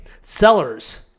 Sellers